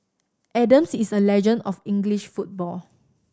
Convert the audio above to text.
Adams is a legend of English football